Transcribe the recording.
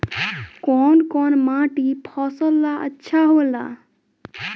कौन कौनमाटी फसल ला अच्छा होला?